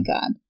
God